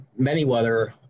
Manyweather